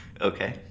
Okay